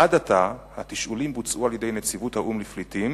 עד עתה התשאולים בוצעו על-ידי נציבות האו"ם לפליטים,